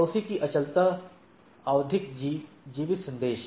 पड़ोसी की अचलता आवधिक जीवित संदेश